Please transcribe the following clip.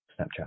Snapchat